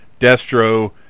Destro